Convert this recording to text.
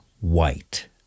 white